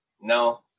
No